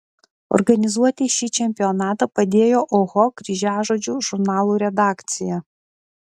organizuoti šį čempionatą padėjo oho kryžiažodžių žurnalų redakcija